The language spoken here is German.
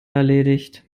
erledigt